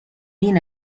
been